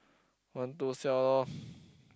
one two siao [liao]